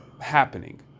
happening